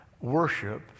worship